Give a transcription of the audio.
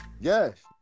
yes